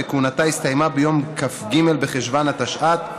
וכהונתה הסתיימה ביום כ"ג בחשוון התשע"ט,